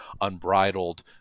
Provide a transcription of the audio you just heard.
unbridled